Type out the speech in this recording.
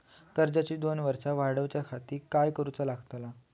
कर्जाची दोन वर्सा वाढवच्याखाती काय करुचा पडताला?